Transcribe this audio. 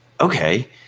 Okay